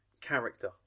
character